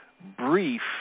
brief